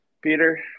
Peter